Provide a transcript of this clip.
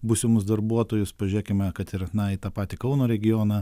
būsimus darbuotojus pažiūrėkime kad ir na į tą patį kauno regioną